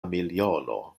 miliono